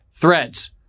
threads